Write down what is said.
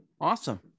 Awesome